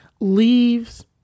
leaves